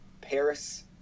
Paris